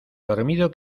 dormido